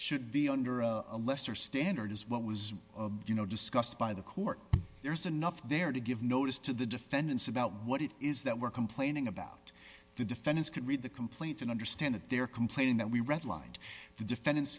should be under a lesser standard is what was you know discussed by the court there's enough there to give notice to the defendants about what it is that we're complaining about the defendants can read the complaint and understand that they're complaining that we red lined the defendant